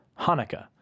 Hanukkah